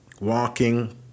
walking